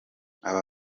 aba